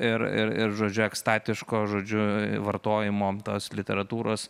ir ir žodžiu ekstatiško žodžiu vartojimo tos literatūros